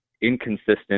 inconsistent